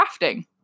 crafting